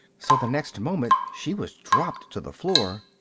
so the next moment she was dropped to the floor.